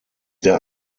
der